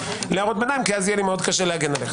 להערות ביניים כי אז יהיה לי קשה להגן עליך.